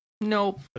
Nope